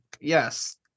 yes